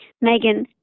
Megan